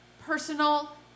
personal